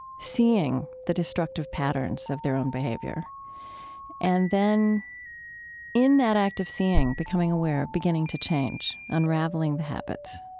seeing the destructive patterns of their own behavior and then in that act of seeing becoming aware, beginning to change, unraveling the habits.